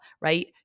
right